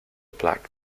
black